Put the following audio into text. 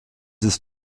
ist